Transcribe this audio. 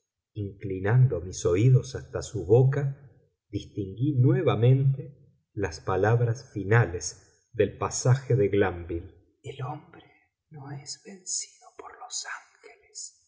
inclinando mis oídos hasta su boca distinguí nuevamente las palabras finales del pasaje de glánvill el hombre no es vencido por los ángeles